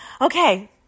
Okay